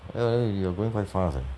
ya lah then you are going quite fast eh